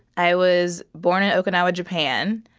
i was born in okinawa, japan.